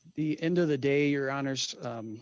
the end of the day or honors